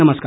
नमस्कार